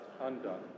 undone